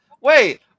Wait